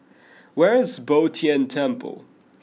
where is Bo Tien Temple